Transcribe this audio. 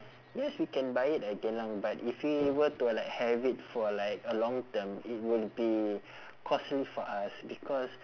yes we can buy it at geylang but if we were to like have it for like a long term it will be costly for us because